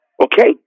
Okay